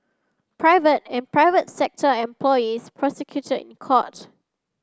private and private sector employees prosecuted in court